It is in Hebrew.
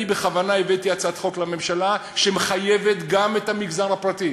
אני בכוונה הבאתי הצעת חוק לממשלה שמחייבת גם את המגזר הפרטי.